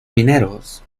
mineros